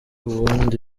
ubundi